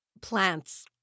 Plants